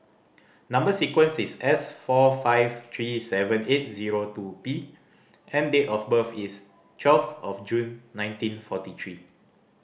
number sequence is S four five three seven eight zero two P and date of birth is twelve of June nineteen forty three